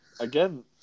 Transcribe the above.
Again